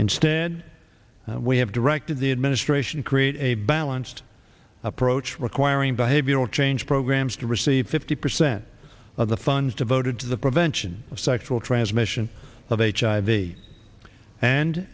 instead we have directed the administration create a balanced approach requiring behavioral change programs to receive fifty percent of the funds devoted to the prevention of sexual transmission of hiv and